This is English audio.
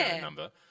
number